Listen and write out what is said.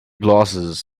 glasses